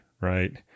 right